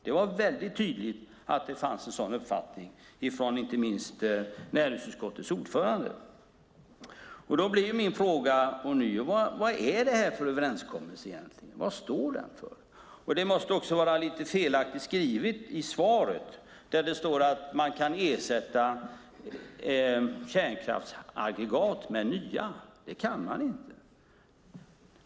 Det var väldigt tydligt att det fanns en sådan uppfattning inte minst ifrån näringsutskottets ordförande. Då blir min fråga ånyo: Vad är detta för överenskommelse egentligen? Vad står den för? Det måste också vara lite felaktigt skrivet i svaret där det står att man kan ersätta kärnkraftsaggregat med nya. Det kan man inte.